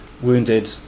wounded